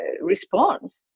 response